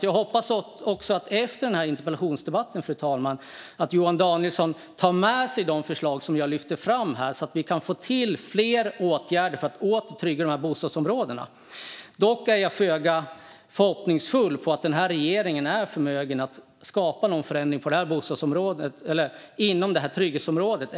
Jag hoppas också, fru talman, att Johan Danielsson efter denna interpellationsdebatt tar med sig de förslag jag lyft fram här så att vi kan få till fler åtgärder för att åter trygga dessa bostadsområden. Jag är dock föga förhoppningsfull om att denna regering är förmögen att skapa någon förändring inom trygghetsområdet.